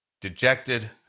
Dejected